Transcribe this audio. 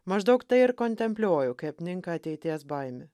maždaug tai ir kontempliuoju kai apninka ateities baimė